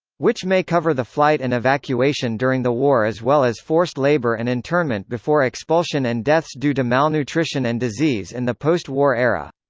which may cover the flight and evacuation during the war as well as forced labor and internment before expulsion and deaths due to malnutrition and disease in the post war era.